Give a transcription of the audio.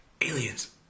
aliens